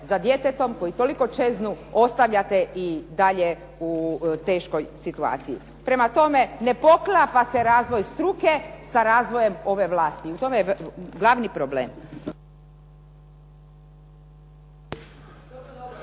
za djetetom koji toliko čeznu ostavljate i dalje u teškoj situaciji. Prema tome, ne poklapa se razvoj struke sa razvojem ove vlasti i u tome je glavni problem.